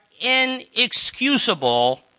inexcusable